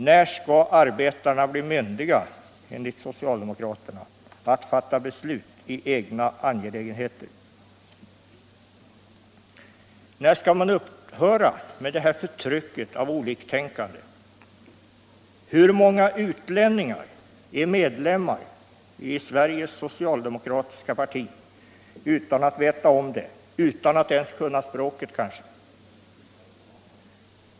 När skall arbetarna enligt socialdemokraterna bli myndiga att fatta beslut i egna angelägenheter? När skall det här förtrycket av oliktänkande upphöra? Hur många utlänningar är medlemmar i Sveriges socialdemokratiska parti utan att veta om det, och kanske utan att ens kunna språket?